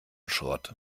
schrott